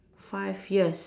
five years